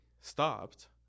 stopped